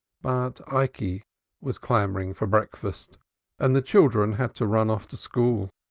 but ikey was clamoring for breakfast and the children had to run off to school.